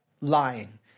lying